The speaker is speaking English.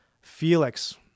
Felix